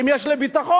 האם יש להם ביטחון?